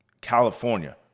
California